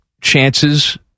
chances